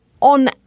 on